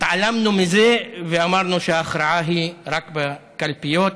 התעלמנו מזה ואמרנו שההכרעה היא רק בקלפיות,